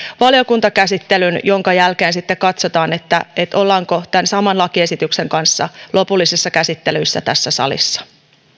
valiokuntakäsittelyn jonka jälkeen sitten katsotaan ollaanko tämän saman lakiesityksen kanssa lopullisessa käsittelyssä tässä salissa